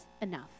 enough